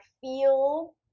feel